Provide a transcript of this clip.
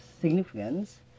significance